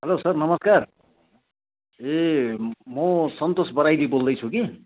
hello sir नमस्कार ए म सन्तोष बराइली बोल्दैछु कि